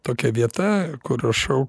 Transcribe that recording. tokia vieta kur rašau